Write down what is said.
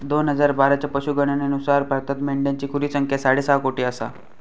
दोन हजार बाराच्या पशुगणनेनुसार भारतात मेंढ्यांची खुली संख्या साडेसहा कोटी आसा